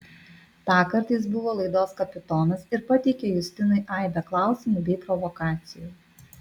tąkart jis buvo laidos kapitonas ir pateikė justinui aibę klausimų bei provokacijų